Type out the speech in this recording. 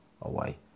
away